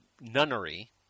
nunnery